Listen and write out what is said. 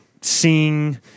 seeing